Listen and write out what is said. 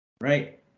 Right